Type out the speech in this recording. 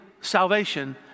salvation